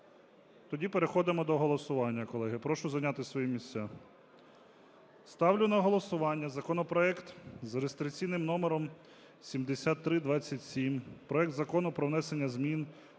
Тоді переходимо до голосування, колеги. Прошу зайняти свої місця. Ставлю на голосування законопроект за реєстраційним номером 7327: проект Закону про внесення змін